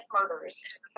murders